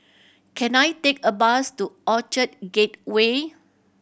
can I take a bus to Orchard Gateway